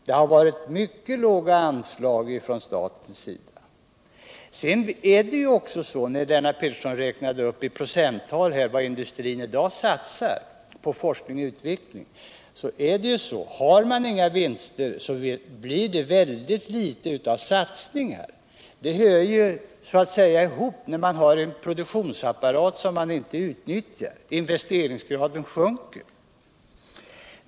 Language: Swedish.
Det har varit mycket låga anslag från statens sida. Lennart Pettersson räknade upp i procenttal vad industrin i dag satsar på forskning och utveckling. Där är det ju så att om man inte har några vinster blir det mycket litet satsningar. Det hör ihop, att när man har en produktionsapparat man inte utnyttjar så sjunker investeringsgraden.